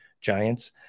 giants